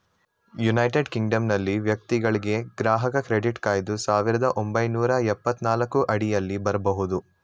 United ಕಿಂಗ್ಡಮ್ನಲ್ಲಿ ವ್ಯಕ್ತಿಗಳ್ಗೆ ಗ್ರಾಹಕ ಕ್ರೆಡಿಟ್ ಕಾಯ್ದೆ ಸಾವಿರದ ಒಂಬೈನೂರ ಎಪ್ಪತ್ತನಾಲ್ಕು ಅಡಿಯಲ್ಲಿ ಬರಬಹುದು